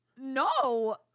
No